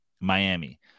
miami